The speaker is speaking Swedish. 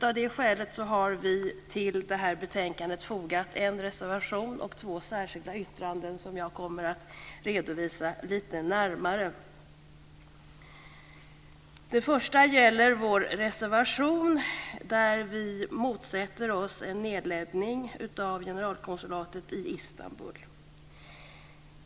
Av det skälet har vi till det här betänkandet fogat en reservation och två särskilda yttranden som jag kommer att redovisa lite närmare. I vår reservation motsätter vi oss en nedläggning av generalkonsulatet i Istanbul.